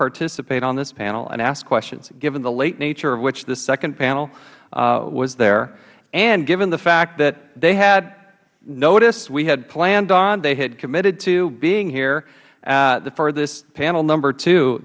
participate on this panel and ask questions given the late nature of which this second panel was there and given the fact that they had notice we had planned on they had committed to being here for this panel number two